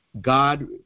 God